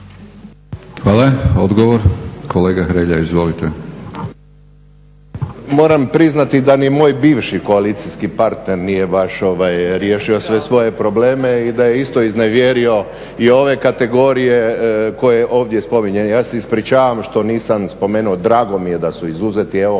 Hrelja izvolite. **Hrelja, Silvano (HSU)** Moram priznati da ni moj bivši koalicijski partner nije baš riješio sve svoje probleme i da je isto iznevjerio i ove kategorije koje ovdje spominje. Ja se ispričavam što nisam spomenuo, drago mi je da su izuzeti. Evo